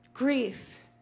Grief